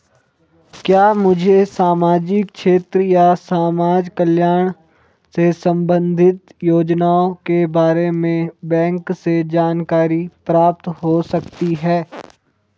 क्या मुझे सामाजिक क्षेत्र या समाजकल्याण से संबंधित योजनाओं के बारे में बैंक से जानकारी प्राप्त हो सकती है?